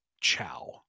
chow